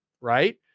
right